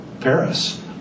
Paris